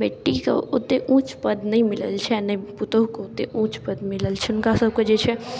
बेटीके ओतेक उँच पद नहि मिलल छै आओर नहि पुतौहुके ओतेक उँच पद मिलल छै हुनका सबके जे छै